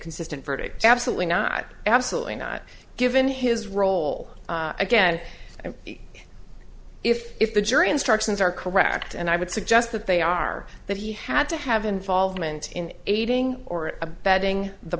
consistent verdict absolutely not absolutely not given his role again and if if the jury instructions are correct and i would suggest that they are that he had to have involvement in aiding or abetting the